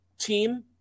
team